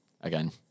again